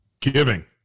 giving